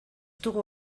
dugu